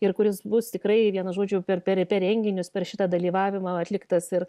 ir kuris bus tikrai vienu žodžiu per per per renginius per šitą dalyvavimą atliktas ir